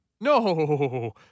No